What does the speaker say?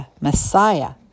Messiah